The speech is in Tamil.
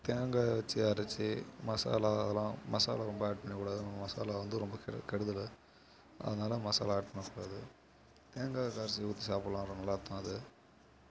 தேங்காய் வச்சு அரச்சு மசாலா அதெலான் மசாலா ரொம்ப ஆட் பண்ண கூடாது மசாலா வந்து ரொம்ப கெடுதல் அதனாலே மசாலா ஆட் பண்ண கூடாது தேங்காய் அரச்சு ஊற்றி சாப்பிட்லாம் அது